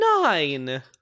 nine